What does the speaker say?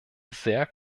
sehr